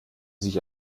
sich